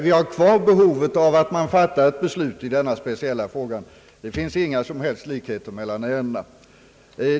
Vi har kvar behovet av att man fattar ett beslut i denna speciella fråga. Det finns inga som helst likheter mellan ärendena.